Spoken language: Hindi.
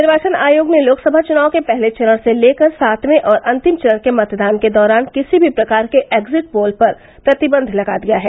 निर्वाचन आयोग ने लोकसभा चुनाव के पहले चरण से लेकर सातवें और अन्तिम चरण के मतदान के दौरान किसीमी प्रकार के एग्जिट पोल पर प्रतिबंध लगा दिया है